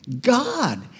God